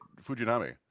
Fujinami